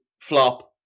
flop